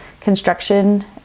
construction